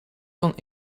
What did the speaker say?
van